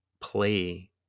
play